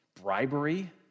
bribery